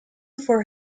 for